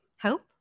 Hope